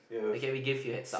okay we give you heads up